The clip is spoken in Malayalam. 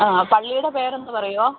അ പള്ളിയുടെ പേരൊന്നു പറയുമോ